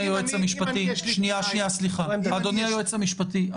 אם יש לי --- אדוני היועץ המשפטי,